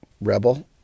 Rebel